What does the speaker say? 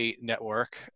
network